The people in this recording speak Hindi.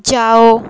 जाओ